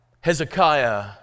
Hezekiah